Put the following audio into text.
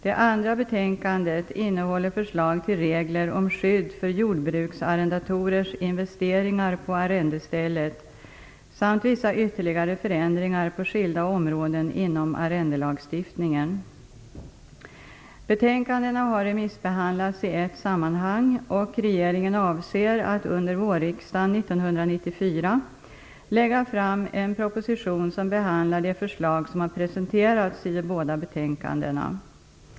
Det andra betänkandet innehåller förslag till regler om skydd för jordbruksarrendatorers investeringar på arrendestället samt vissa ytterligare förändringar på skilda områden inom arrendelagstiftningen. Betänkandena har remissbehandlats i ett sammanhang, och regeringen avser att under vårriksdagen 1994 lägga fram en proposition som behandlar de förslag som har presenterats i de båda betänkandena.